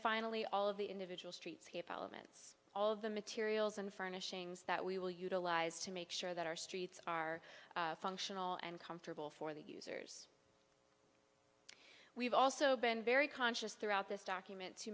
finally all of the individual streetscape elements all of the materials and furnishings that we will utilize to make sure that our streets are functional and comfortable for the users we've also been very conscious throughout this document to